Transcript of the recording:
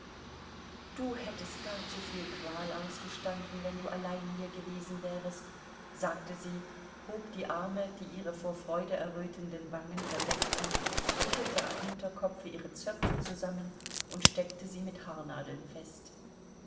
du hättest gar zuviel qual ausgestanden wenn du allein hier gewesen wärest sagte sie hob die arme die ihre vor freude errötenden wangen verdeckten wickelte am hinterkopfe ihre zöpfe zusammen und steckte sie mit haarnadeln fest